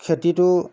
খেতিটোও